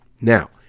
Now